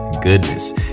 goodness